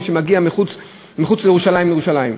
מי שמגיע מחוץ לירושלים אל ירושלים,